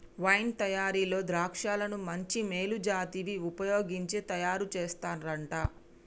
wine తయారీలో ద్రాక్షలను మంచి మేలు జాతివి వుపయోగించి తయారు చేస్తారంట